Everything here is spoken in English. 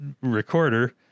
recorder